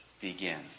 begin